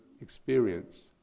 experience